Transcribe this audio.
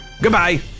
Goodbye